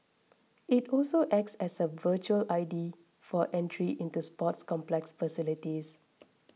it also acts as a virtual I D for entry into sports complex facilities